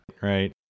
right